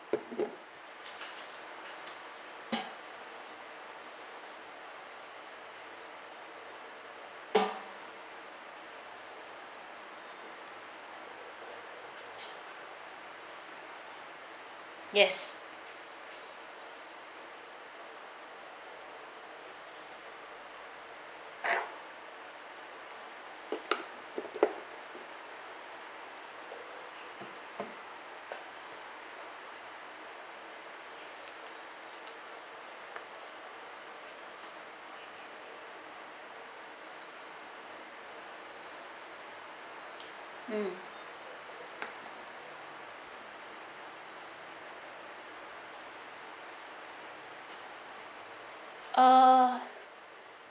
yes mm uh